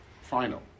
final